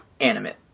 animate